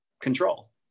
control